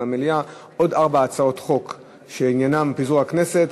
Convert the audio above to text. המליאה עוד ארבע הצעות חוק שעניינן פיזור הכנסת.